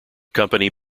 company